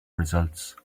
results